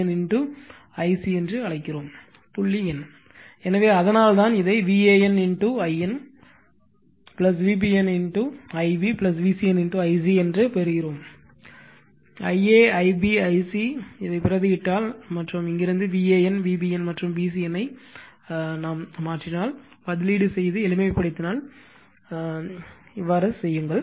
என் ஐ ஐசி என்று அழைக்கிறோம் Ia Ib i c பிரதியிட்டால் மற்றும் இங்கிருந்து VAN VBN மற்றும் VCN ஐ மாற்றினால் பதிலீடு செய்து எளிமைப்படுத்தினால் இதைச் செய்யுங்கள்